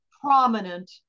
prominent